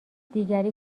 دیگری